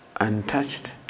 untouched